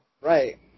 Right